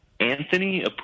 Anthony